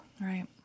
Right